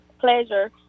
pleasure